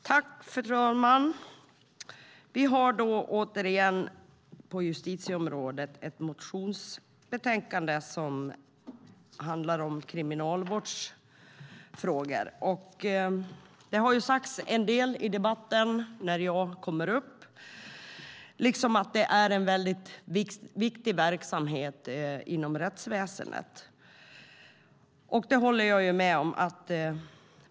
Fru talman! Vi har åter på justitieområdet ett motionsbetänkande som handlar om kriminalvårdsfrågor. Det har redan sagts en del i debatten, till exempel att det är en viktig verksamhet inom rättsväsendet. Det håller jag med om.